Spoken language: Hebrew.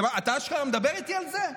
אתה אשכרה מדבר איתי על זה?